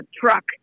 truck